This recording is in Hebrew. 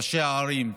ראשי הערים,